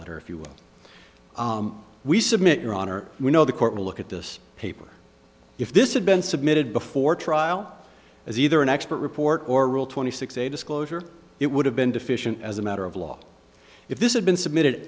letter if you will we submit your honor we know the court will look at this paper if this had been submitted before trial as either an expert report or rule twenty six a disclosure it would have been deficient as a matter of law if this had been submitted